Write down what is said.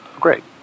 Great